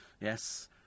Yes